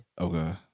Okay